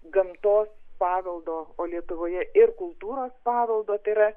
gamtos paveldo o lietuvoje ir kultūros paveldo tai yra